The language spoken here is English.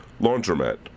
laundromat